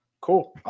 Cool